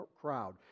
crowd